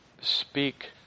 speak